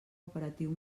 operatiu